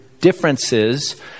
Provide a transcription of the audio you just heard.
differences